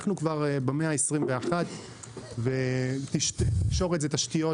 אנחנו כבר במאה ה-21 ותקשורת זה תשתיות